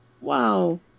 Wow